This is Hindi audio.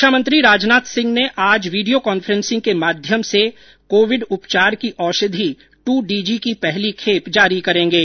रक्षामंत्री राजनाथ सिंह ने आज वीडियो कॉन्फ्रेन्स के माध्यम से कोविड उपचार की औषधि टू डीजी की पहली खेप जारी करेंगे